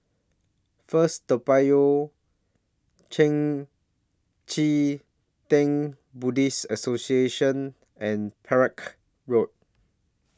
First Toa Payoh Chee Tng Buddhist Association and Perak Road